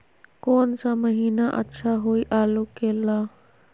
कौन सा महीना अच्छा होइ आलू के ला?